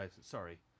sorry